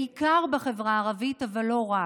בעיקר בחברה הערבית אבל לא רק.